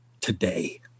today